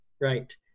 Right